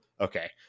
Okay